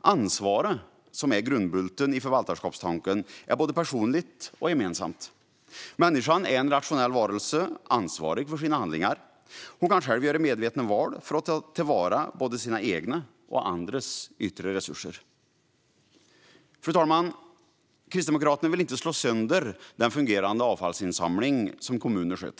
Ansvaret, som är grundbulten i förvaltarskapstanken, är både personligt och gemensamt. Människan är en rationell varelse, ansvarig för sina handlingar. Hon kan själv göra medvetna val för att ta till vara både sina egna och andras yttre resurser. Fru talman! Kristdemokraterna vill inte slå sönder den fungerande avfallsinsamling som kommunerna sköter.